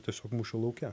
tiesiog mūšio lauke